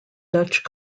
dutch